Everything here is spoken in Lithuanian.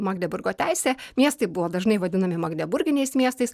magdeburgo teise miestai buvo dažnai vadinami magdeburginiais miestais